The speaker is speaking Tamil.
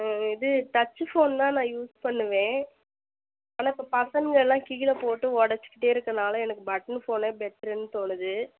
ஆ இது டச்சு ஃபோன் தான் நான் யூஸ் பண்ணுவேன் ஆனால் இப்போ பசங்களெலாம் கீழே போட்டு உடச்சு கிட்டே இருக்கனால் எனக்கு பட்டன் ஃபோனே பெட்ருனு தோணுது